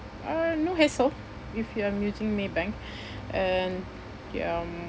uh no hassle if I'm using Maybank and ya um